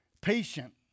Patient